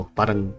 parang